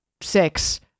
six